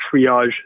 triage